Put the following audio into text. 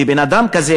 בן-אדם כזה,